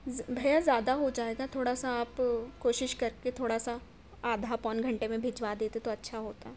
ز بھیا زیادہ ہو جائے گا تھوڑا سا آپ کوشش کر کے تھوڑا سا آدھا پون گھنٹے میں بھجوا دیتے تو اچھا ہوتا